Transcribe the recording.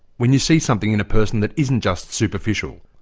when you see something in a person that isn't just superficial,